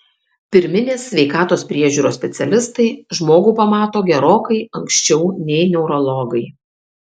pirminės sveikatos priežiūros specialistai žmogų pamato gerokai anksčiau nei neurologai